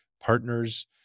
Partners